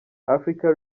afrika